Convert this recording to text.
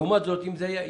לעומת זאת, אם זה היה אישי,